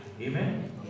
Amen